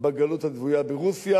בגלות הכפויה ברוסיה,